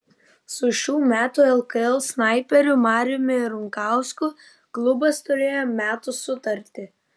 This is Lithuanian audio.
su šių metų lkl snaiperiu mariumi runkausku klubas turėjo metų sutartį